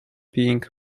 being